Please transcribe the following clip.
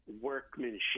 workmanship